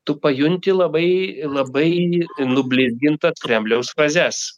tu pajunti labai labai nublizgintą kremliaus frazes